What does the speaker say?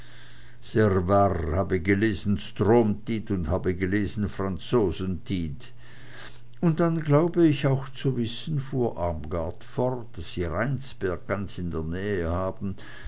habe gelesen stromtid und habe gelesen franzosentid und dann glaub ich auch zu wissen fuhr armgard fort daß sie rheinsberg ganz in der nähe haben